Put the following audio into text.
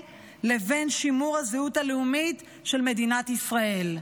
לבין שימור הזהות הלאומית של מדינת ישראל.